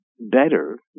better